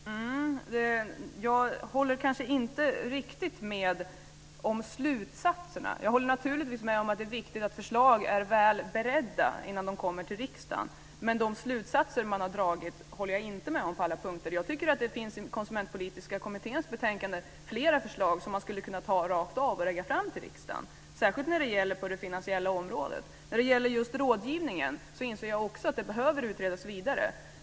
Fru talman! Jag håller kanske inte riktigt med om slutsatserna. jag håller naturligtvis med om att det är viktigt att förslag är väl beredda innan de kommer till riksdagen. Men de slutsatser man har dragit håller jag inte med om på alla punkter. Jag tycker att det i den konsumentpolitiska kommitténs betänkande finns flera förslag som man skulle kunna ta rakt av och lägga fram för riksdagen, särskilt på det finansiella området. Just rådgivningen inser jag också behöver utredas vidare.